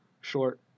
short